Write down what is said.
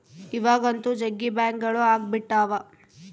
ಇವಾಗಂತೂ ಜಗ್ಗಿ ಬ್ಯಾಂಕ್ಗಳು ಅಗ್ಬಿಟಾವ